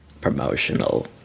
Promotional